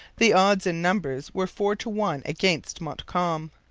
the odds in numbers were four to one against montcalm.